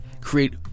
create